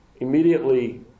immediately